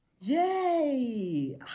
Yay